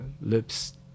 lips